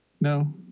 no